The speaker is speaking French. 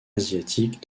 asiatique